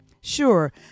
sure